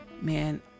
Man